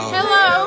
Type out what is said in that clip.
Hello